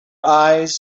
eyes